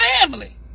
family